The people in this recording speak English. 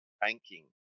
banking